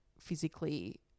physically